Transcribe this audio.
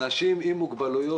מה "חרדים ישתלבו"?